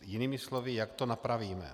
Jinými slovy, jak to napravíme?